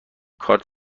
کارت